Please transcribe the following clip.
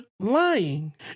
lying